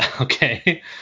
Okay